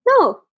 No